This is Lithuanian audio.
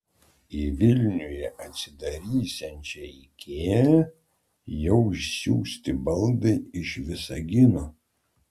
į vilniuje atsidarysiančią ikea jau išsiųsti baldai iš visagino